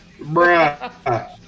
Bruh